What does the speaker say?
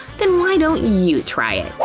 then why don't you try it!